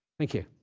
thank you.